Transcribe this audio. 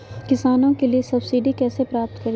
किसानों के लिए सब्सिडी कैसे प्राप्त करिये?